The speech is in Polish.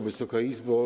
Wysoka Izbo!